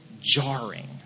jarring